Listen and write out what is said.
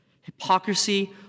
hypocrisy